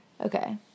Okay